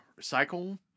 recycle